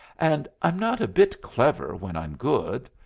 and i'm not a bit clever when i'm good.